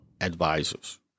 advisors